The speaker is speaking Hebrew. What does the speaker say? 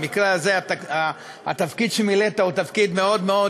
במקרה הזה התפקיד שמילאת הוא תפקיד מאוד מאוד,